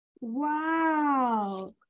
Wow